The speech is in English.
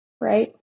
right